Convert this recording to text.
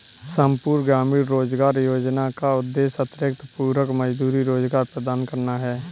संपूर्ण ग्रामीण रोजगार योजना का उद्देश्य अतिरिक्त पूरक मजदूरी रोजगार प्रदान करना है